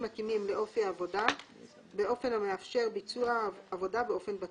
מתאימים לאופי העבודה ובאופן המאפשר ביצוע עבודה באופן בטוח."